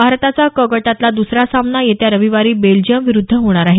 भारताचा क गटातला दुसरा सामना येत्या रविवारी बेल्जियमविरुद्ध होणार आहे